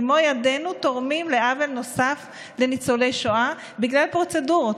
במו ידינו תורמים לעוול נוסף לניצולי שואה בגלל פרוצדורות.